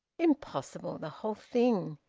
impossible the whole thing!